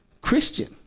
Christian